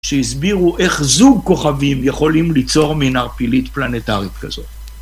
שהסבירו איך זוג כוכבים יכולים ליצור מין ערפילית פלנטרית כזאת.